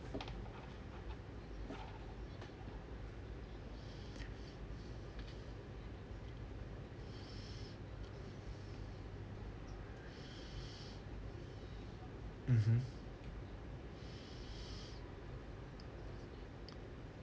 mmhmm